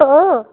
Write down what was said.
हो